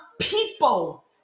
people